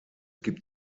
gibt